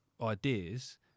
ideas